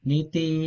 Niti